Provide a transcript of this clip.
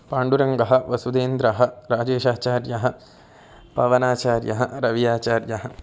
पाण्डुरङ्गः वसुदेन्द्रः राजेशाचार्यः पवनाचार्यः रविः आचार्यः